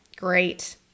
great